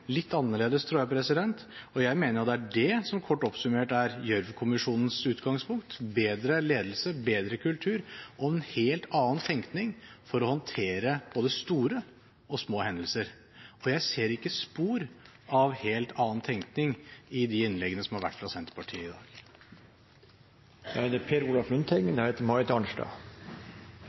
litt annerledes, tror jeg, og jeg mener at det er det som – kort oppsummert – er Gjørv-kommisjonens utgangspunkt, bedre ledelse, bedre kultur og en helt annen tenkning for å håndtere både store og små hendelser. For jeg ser ikke spor av helt annen tenkning i de innleggene som har vært fra Senterpartiet i dag. Sjølsagt er det